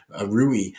Rui